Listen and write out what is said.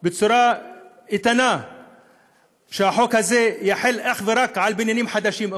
בצורה איתנה שהחוק הזה יחול אך ורק על בניינים חדשים.